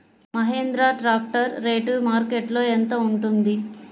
Mahindra tractor rate మార్కెట్లో యెంత ఉంటుంది?